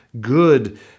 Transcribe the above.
good